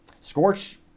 Scorch